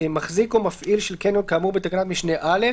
מחזיק או מפעיל של קניון כאמור בתקנת משנה (א),